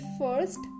first